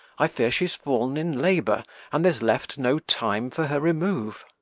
i fear she s fall'n in labour and there s left no time for her remove.